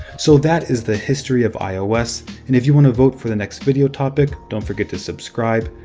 so that is the history of ios, and if you want to vote for the next video topic, don't forget to subscribe.